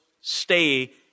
stay